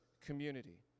community